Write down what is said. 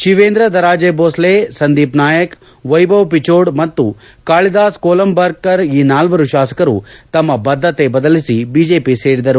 ಶಿವೇಂದ್ರ ದರಾಜೆ ಭೋಸ್ವೆ ಸಂದೀಪ್ ನಾಯಕ್ ವೈಭವ್ ಪಿಚೋಡ್ ಮತ್ತು ಕಾಳಿದಾಸ್ ಕೋಲಂಬ್ಕರ್ ಈ ನಾಲ್ವರು ಶಾಸಕರು ತಮ್ಮ ಬದ್ದತೆ ಬದಲಿಸಿ ಬಿಜೆಪಿ ಸೇರಿದರು